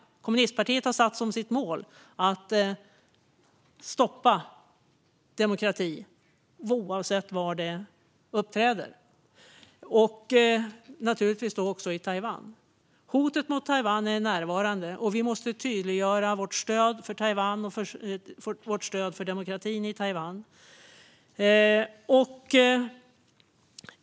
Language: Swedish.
Kommunistpartiet har satt som sitt mål att stoppa demokrati oavsett var den uppträder och då naturligtvis också i Taiwan. Hotet mot Taiwan är närvarande, och vi måste tydliggöra vårt stöd för Taiwan och demokratin i Taiwan. Herr talman!